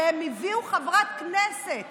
הם הביאו חברת כנסת